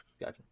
Gotcha